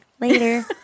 Later